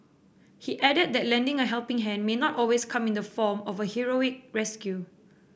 he added that lending a helping hand may not always come in the form of a heroic rescue